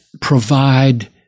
provide